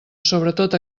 sobretot